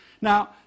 Now